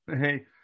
Hey